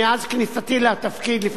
מאז כניסתי לתפקידי,